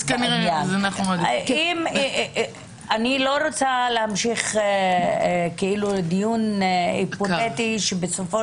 אני לא רצה להמשיך דיון היפותטי כשבסופו